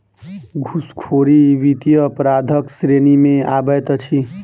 घूसखोरी वित्तीय अपराधक श्रेणी मे अबैत अछि